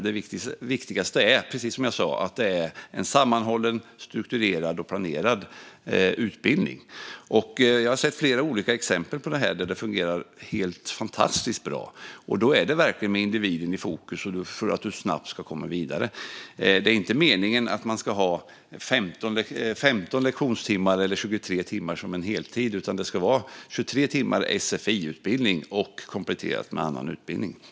Det viktigaste är, precis som jag sa, att det är en sammanhållen, strukturerad och planerad utbildning. Jag har sett flera olika exempel där det här fungerar fantastiskt bra, och då är det verkligen med individen i fokus så att man snabbt ska komma vidare. Det är inte meningen att man ska ha 15 lektionstimmar eller 23 lektionstimmar som en heltid, utan det ska vara 23 timmars sfi-utbildning kompletterat med annan utbildning.